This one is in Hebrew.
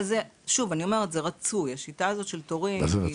שוב, זה רצוי השיטה של התורים.